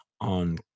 on